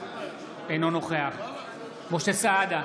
אינו נוכח משה סעדה,